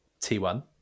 T1